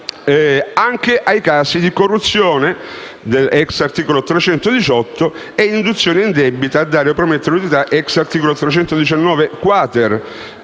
anche ai casi di corruzione, *ex* articolo 318, e di induzione indebita a dare o promettere utilità, *ex* articolo 319-*quater*